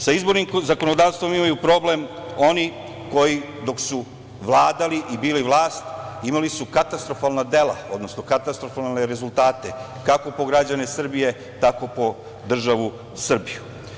Sa izbornim zakonodavstvom imaju problem oni koji dok su vladali i bili vlast imali su katastrofalna dela, odnosno katastrofalne rezultate, kako po građane Srbije, tako po državu Srbiju.